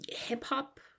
Hip-hop